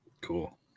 Cool